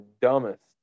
dumbest